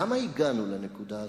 למה הגענו לנקודה הזאת?